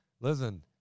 listen